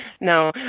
no